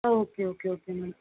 okay okay okay ma'am